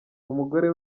umugore